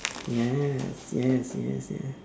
yes yes yes yes